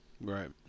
Right